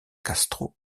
castro